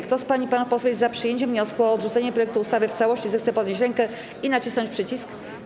Kto z pań i panów posłów jest za przyjęciem wniosku o odrzucenie projektu ustawy w całości, zechce podnieść rękę i nacisnąć przycisk.